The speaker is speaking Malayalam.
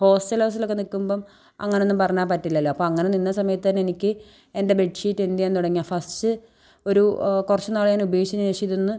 ഹോസ്റ്റൽ ഹൗസിലൊക്കെ നിൽക്കുമ്പം അങ്ങനൊന്നും പറഞ്ഞാൽ പറ്റില്ലല്ലോ അപ്പോൾ അങ്ങനെ നിന്ന സമയത്ത് എനിക്ക് എൻ്റെ ബെഡ്ഷീറ്റെന്ത് ചെയ്യാൻ തുടങ്ങിയ ഫസ്റ്റ് ഒരു കുറച്ച് നാൾ ഞാൻ ഉപയോഗിച്ചതിന് ശേഷം ഇതൊന്ന്